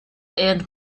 and